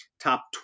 top